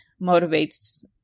motivates